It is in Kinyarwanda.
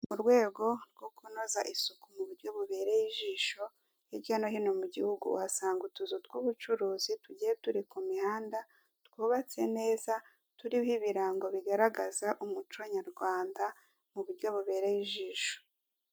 Mu rwego rwo kunoza isuku mu buryo bubereye ijisho, hirya no hino mu gihugu uhasanga utuzu tw'ubucuruzi tugiye turi ku mihanda, twubatse neza, turiho ibirango bigaragaza umuco nyarwanda, mu buryo bubereye ijisho.